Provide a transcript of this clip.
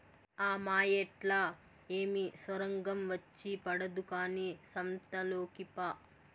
ఆ మాయేట్లా ఏమి సొరంగం వచ్చి పడదు కానీ సంతలోకి పా